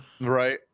Right